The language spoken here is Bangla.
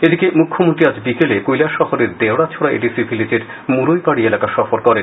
এদিকে মুখ্যমন্ত্রী আজ বিকালে কৈলাসহরের দেওড়াছড়া এডিসি ভিলেজের মুরইবাড়ি এলাকা সফর করেন